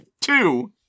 two